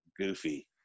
goofy